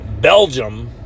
Belgium